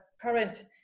current